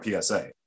PSA